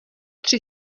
tři